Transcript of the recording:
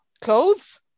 clothes